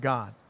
God